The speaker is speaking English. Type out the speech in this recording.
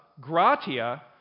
gratia